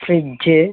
fridge